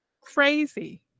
crazy